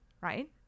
right